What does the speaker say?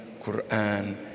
Quran